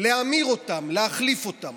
להמיר אותם, להחליף אותם.